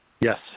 Yes